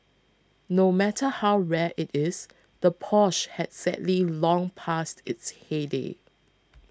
no matter how rare it is the Porsche has sadly long passed its heyday